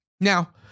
now